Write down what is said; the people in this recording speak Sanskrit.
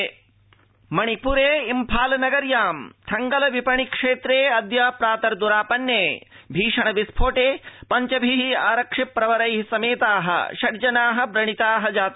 मणिपरम विस्फोट मणिप्रे इम्फाल नगर्या थंगल विपणि क्षेत्रे अद्य प्रातर्दुरापन्ने भीषण विस्फोटे पञ्चभि आरक्षि प्रवरै समेता षड् जना व्रणिता संजाता